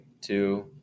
two